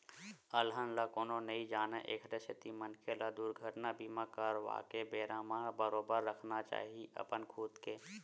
अलहन ल कोनो नइ जानय एखरे सेती मनखे ल दुरघटना बीमा करवाके बेरा म बरोबर रखना चाही अपन खुद के